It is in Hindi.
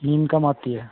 नींद कम आती है